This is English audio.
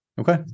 Okay